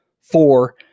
Four